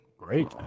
Great